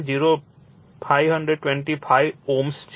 0525 Ω છે